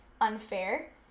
unfair